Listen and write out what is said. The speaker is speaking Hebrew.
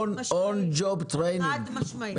אול ג'וב --- חד משמעית.